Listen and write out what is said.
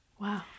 Wow